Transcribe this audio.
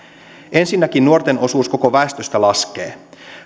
ensinnäkin nuorten osuus koko väestöstä laskee